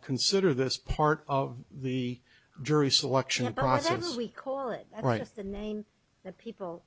consider this part of the jury selection process we call it right the name that people